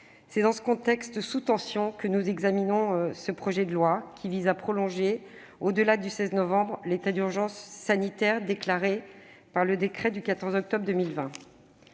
C'est dans ce contexte sous tension que nous examinons ce projet de loi qui vise à prolonger, au-delà du 16 novembre prochain, l'état d'urgence sanitaire déclaré par le décret du 14 octobre 2020.